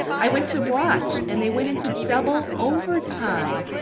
i went to watch and they went into double overtime.